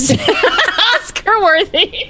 Oscar-worthy